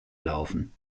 laufen